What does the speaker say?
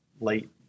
late